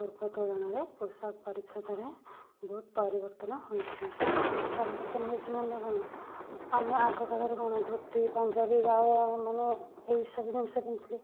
ପୂର୍ଵ ତୁଳନାରେ ପୋଷାକ ପରିଚ୍ଛେଦରେ ବହୁତ ପରିବର୍ତ୍ତନ ହୋଇଛି ପରିବର୍ତ୍ତନ ହୋଇଛି ମାନେ କଣ ଆମେ ଆଗକାଳରେ କଣ ଧୋତି ପଞ୍ଜାବୀ ମାନେ ଆଉ ଏଇସବୁ ଜିନିଷ ପିନ୍ଧୁଥିଲେ